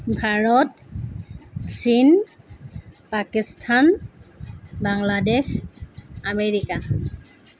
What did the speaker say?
ভাৰত চীন পাকিস্তান বাংলাদেশ আমেৰিকা